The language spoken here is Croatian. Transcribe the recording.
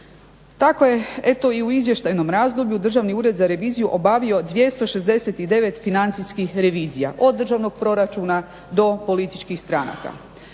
Tako je eto i u izvještajnom razdoblju Državni ured za reviziju obavio 269 financijskih revizija od državnog proračuna do političkih stranaka.